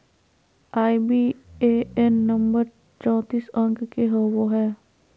IBAN number चौतीस अंक के होवो हय